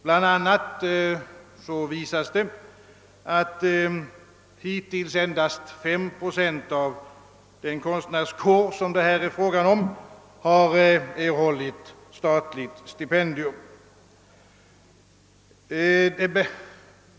Bland annat påvisas det att hittills endast 5 procent av den konstnärskår, som det här är fråga om, har erhållit statligt stipendium.